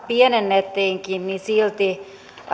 pienennettiinkin niin silti